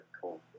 Cool